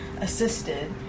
assisted